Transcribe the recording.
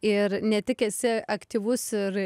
ir ne tik esi aktyvus ir